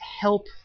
help